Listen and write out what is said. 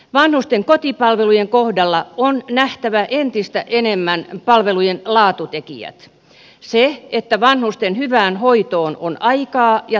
vanhusten kotipalvelujen kohdalla on nähtävä entistä enemmän palvelujen laatutekijät se että vanhusten hyvään hoitoon on aikaa ja tahtoa